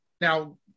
now